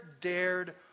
dared